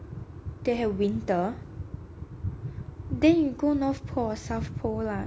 they have winter then you go north pole or south pole lah